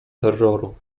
terroru